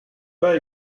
pas